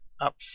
up